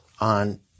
on